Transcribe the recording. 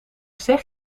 zeg